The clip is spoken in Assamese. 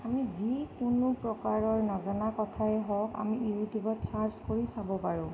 আমি যিকোনো প্ৰকাৰৰ নাজনা কথায়ে হওক আমি ইউটিউবত ছাৰ্চ কৰি চাব পাৰোঁ